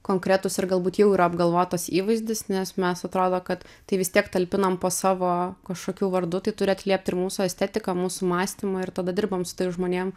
konkretūs ir galbūt jau yra apgalvotas įvaizdis nes mes atrodo kad tai vis tiek talpinam po savo kažkokiu vardu tai turi atliept ir mūsų estetiką mūsų mąstymą ir tada dirbam su tais žmonėm